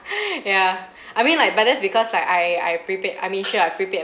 yeah I mean like but that's because like I I prepaid I mean sure I prepaid